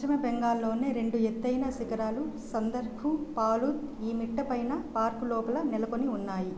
పశ్చిమ బెంగాల్లోని రెండు ఎత్తైన శిఖరాలు సందక్ఫు ఫాలుత్ ఈ మిట్ట పైన పార్క్ లోపల నెలకొని ఉన్నాయి